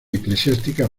eclesiásticas